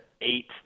eight